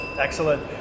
Excellent